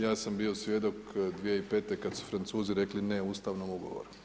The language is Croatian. Ja sam bio svjedok 2005. kad su Francuzi rekli ne ustavnom ugovoru.